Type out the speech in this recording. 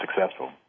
successful